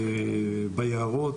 ביערות.